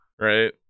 Right